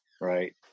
right